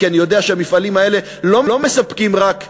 כי אני יודע שהמפעלים האלה לא מספקים רק עשרות,